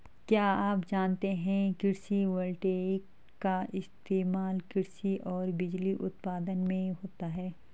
क्या आप जानते है कृषि वोल्टेइक का इस्तेमाल कृषि और बिजली उत्पादन में होता है?